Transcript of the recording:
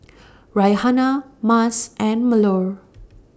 Raihana Mas and Melur